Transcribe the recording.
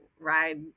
ride